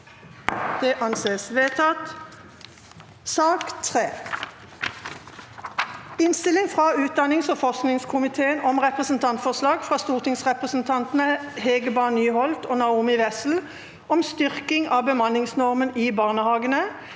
13. februar 2024 Innstilling fra utdannings- og forskningskomiteen om Representantforslag fra stortingsrepresentantene Hege Bae Nyholt og Naomi Wessel om styrking av bemanningsnormen i barnehagene